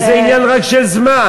וזה רק עניין של זמן.